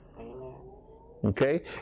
Okay